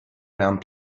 round